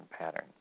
pattern